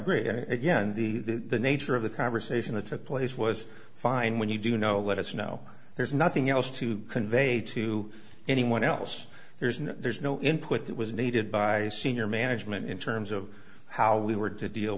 and again the nature of the conversation that took place was fine when you do know let us know there's nothing else to convey to anyone else there's no there's no input that was needed by senior management in terms of how we were to deal